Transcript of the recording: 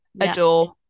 adore